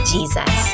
Jesus